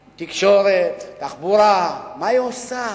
תקשורת, תחבורה מה היא עושה?